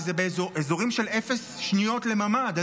כי זה באזורים של אפס שניות לממ"ד,